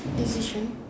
decision